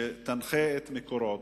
שתנחה את "מקורות"